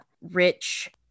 rich